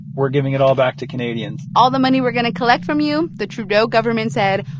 we're giving it all back to canadians all the money we're going to collect from you, the trudeau government said,